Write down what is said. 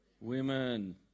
women